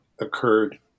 occurred